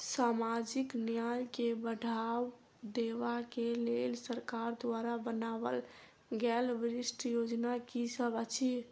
सामाजिक न्याय केँ बढ़ाबा देबा केँ लेल सरकार द्वारा बनावल गेल विशिष्ट योजना की सब अछि?